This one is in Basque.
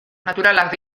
naturalak